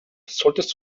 solltest